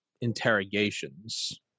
interrogations